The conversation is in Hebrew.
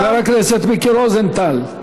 חבר הכנסת מיקי רוזנטל.